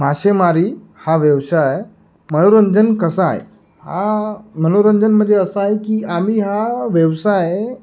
मासेमारी हा व्यवसाय मनोरंजन कसा आहे हा मनोरंजन म्हणजे असा आहे की आम्ही हा व्यवसाय